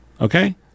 okay